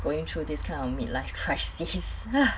going through this kind of mid life crisis